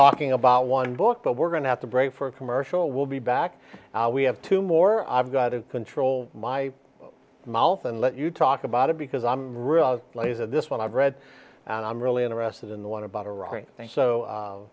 talking about one book but we're going to have to break for a commercial will be back we have two more i've got to control my mouth and let you talk about it because i'm lazy and this one i've read and i'm really interested in the one about iraq thanks so